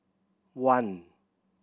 one